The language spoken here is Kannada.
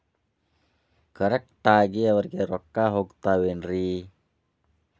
ಕರೆಕ್ಟ್ ಆಗಿ ಅವರಿಗೆ ರೊಕ್ಕ ಹೋಗ್ತಾವೇನ್ರಿ?